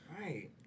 Right